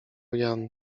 jan